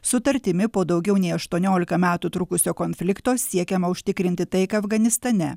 sutartimi po daugiau nei aštuoniolika metų trukusio konflikto siekiama užtikrinti taiką afganistane